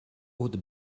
haute